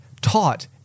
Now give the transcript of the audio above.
taught